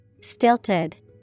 Stilted